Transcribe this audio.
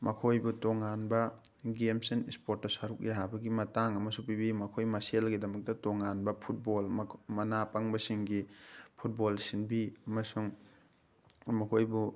ꯃꯈꯣꯏꯕꯨ ꯇꯣꯉꯥꯟꯕ games and ꯏꯁꯄꯣꯔꯠꯁꯇ ꯁꯔꯨꯛ ꯌꯥꯕꯒꯤ ꯃꯇꯥꯡ ꯑꯃꯁꯨ ꯄꯤꯕꯤ ꯃꯈꯣꯏ ꯃꯁꯦꯜꯒꯤꯗꯃꯛꯇ ꯇꯣꯉꯥꯟꯕ ꯐꯨꯠꯕꯣꯜ ꯃꯅꯥ ꯄꯪꯕꯁꯤꯡꯒꯤ ꯐꯨꯠꯕꯣꯜ ꯁꯤꯟꯕꯤ ꯑꯃꯁꯨꯡ ꯃꯈꯣꯏꯕꯨ